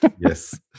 Yes